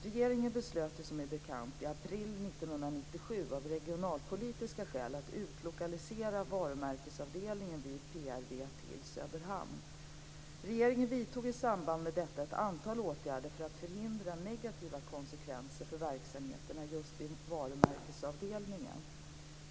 Regeringen beslöt som bekant i april 1997 av regionalpolitiska skäl att utlokalisera varumärkesavdelningen vid PRV till Söderhamn. Regeringen vidtog i samband med detta ett antal åtgärder för att förhindra negativa konsekvenser för verksamheterna vid varumärkesavdelningen.